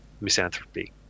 misanthropy